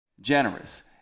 generous